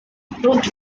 proved